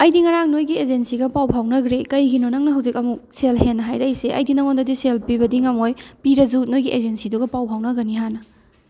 ꯑꯩꯗꯤ ꯉꯔꯥꯡ ꯅꯣꯏꯒꯤ ꯑꯦꯖꯦꯟꯁꯤꯒ ꯄꯥꯎ ꯐꯥꯎꯅꯈ꯭ꯔꯦ ꯀꯩꯒꯤꯅꯣ ꯅꯪꯅ ꯍꯧꯖꯤꯛ ꯑꯃꯨꯛ ꯁꯦꯜ ꯍꯦꯟꯅ ꯍꯥꯏꯔꯛꯏꯁꯦ ꯑꯩꯗꯤ ꯅꯉꯣꯟꯗꯗꯤ ꯁꯦꯜ ꯄꯤꯕꯗꯤ ꯉꯝꯃꯣꯏ ꯄꯤꯔꯖꯨ ꯅꯣꯏꯒꯤ ꯑꯦꯖꯦꯟꯁꯤꯗꯨꯒ ꯄꯥꯎ ꯐꯥꯎꯅꯒꯅꯤ ꯍꯥꯟꯅ